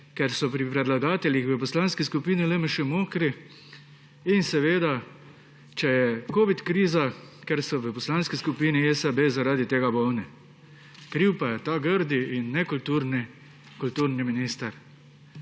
ker so pri predlagateljih v Poslanski skupini LMŠ mokri, in seveda če je covid kriza, ker so v Poslanski skupini SAB zaradi tega bolni. Za vse to je kriv ta grdi in nekulturni kulturni minister.